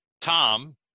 tom